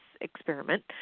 experiment